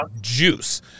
Juice